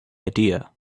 idea